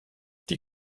die